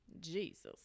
Jesus